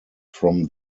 from